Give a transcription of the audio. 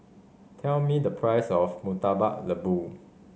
tell me the price of Murtabak Lembu